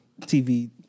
TV